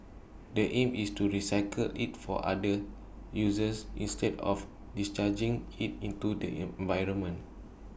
the aim is to recycle IT for other users instead of discharging IT into the environment